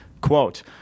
Quote